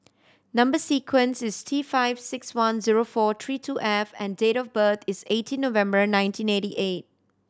number sequence is T five six one zero four three two F and date of birth is eighteen November nineteen ninety eight